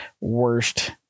worst